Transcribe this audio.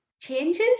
changes